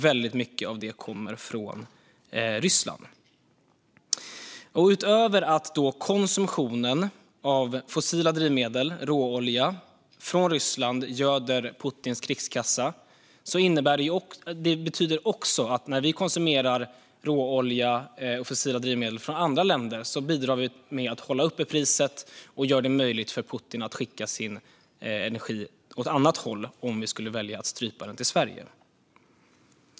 Väldigt mycket av det kommer från Ryssland. Utöver att konsumtionen av fossila drivmedel och råolja från Ryssland göder Putins krigskassa betyder det också att när vi konsumerar råolja och fossila drivmedel från andra länder bidrar vi med att hålla priset uppe och möjliggör för Putin att skicka sin energi någon annanstans om vi väljer att strypa den till Sverige.